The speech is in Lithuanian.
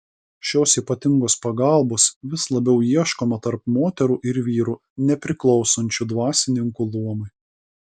šios ypatingos pagalbos vis labiau ieškoma tarp moterų ir vyrų nepriklausančių dvasininkų luomui